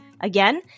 Again